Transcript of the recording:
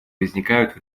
возникают